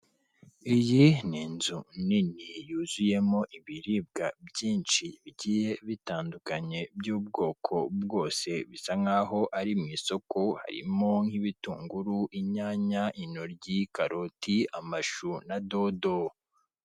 Iyi ni inzu nini yuzuyemo ibiribwa byinshi bigiye bitandukanye by'ubwoko bwose bisa nkaho ari mu isoko harimo nk'ibitunguru, inyanya, intoryi, karoti, amashu na dodo.